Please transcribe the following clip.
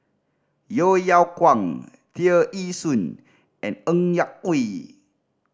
Yeo Yeow Kwang Tear Ee Soon and Ng Yak Whee